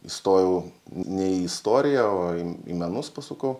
įstojau ne į istoriją o į į menus pasukau